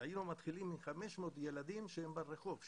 היינו מתחילים עם 500 ילדים שהם ברחוב,